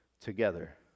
together